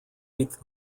eighth